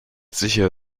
sicher